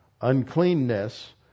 uncleanness